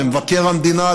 למבקר המדינה,